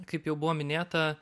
kaip jau buvo minėta